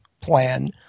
plan